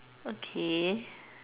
okay